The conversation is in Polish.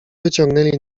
wyciągnęli